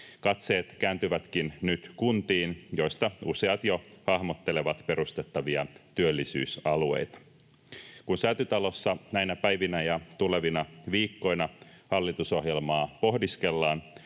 Katseet kääntyvätkin nyt kuntiin, joista useat jo hahmottelevat perustettavia työllisyysalueita. Kun Säätytalossa näinä päivinä ja tulevina viikkoina hallitusohjelmaa pohdiskellaan,